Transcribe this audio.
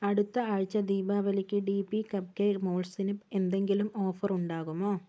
അടുത്ത ആഴ്ച ദീപാവലിക്ക് ഡി പി കപ്പ് കേക്ക് മോൾഡ്സിന് എന്തെങ്കിലും ഓഫർ ഉണ്ടാകുമോ